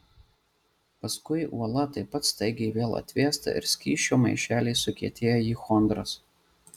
paskui uola taip pat staigiai vėl atvėsta ir skysčio maišeliai sukietėja į chondras